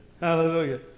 Hallelujah